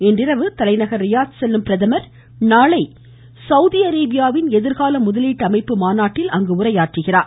இன்றிரவு தலைநகர் ரியாத் செல்லும் பிரதமர் நாளை சவுதி அரேபியாவின் எதிர்கால முதலீட்டு அமைப்பு மாநாட்டில் உரையாற்றுகிறார்